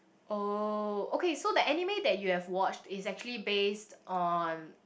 oh okay so that anime that you have watched is actually based on